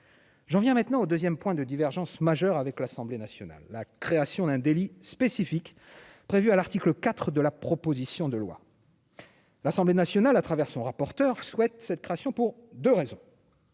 J'en viens maintenant au 2ème, point de divergence majeure avec l'Assemblée nationale la création d'un délit spécifique prévue à l'article IV de la proposition de loi. L'Assemblée nationale à travers son rapporteur souhaite cette création pour 2 raisons